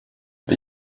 are